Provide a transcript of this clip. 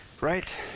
Right